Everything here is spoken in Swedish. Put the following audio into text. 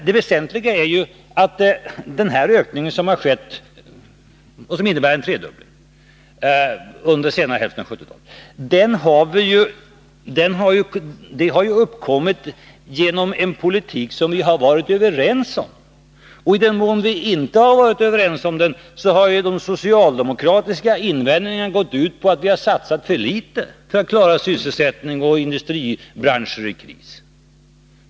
Det väsentliga är ändå att den ökning som har skett och som innebär en tredubbling under senare hälften av 1970-talet har uppkommit genom en politik som vi har varit överens om. Och i den mån vi inte har varit överens om den, har ju de socialdemokratiska invändningarna gått ut på att vi har satsat för litet för att klara sysselsättning och industribranscher i kris.